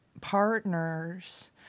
partners